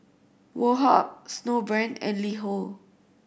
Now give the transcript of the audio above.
Woh Hup Snowbrand and LiHo